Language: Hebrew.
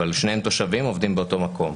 אבל שניהם תושבים שעובדים באותו מקום.